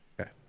Okay